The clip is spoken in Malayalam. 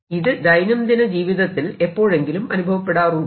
ഇത് ദൈനം ദിന ജീവിതത്തിൽ എപ്പോഴെങ്കിലും അനുഭവപ്പെടാറുണ്ടോ